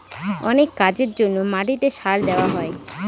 অনেক কাজের জন্য মাটিতে সার দেওয়া হয়